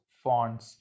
fonts